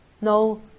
No